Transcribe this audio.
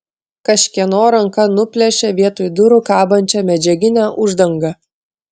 kažkieno ranka nuplėšė vietoj durų kabančią medžiaginę uždangą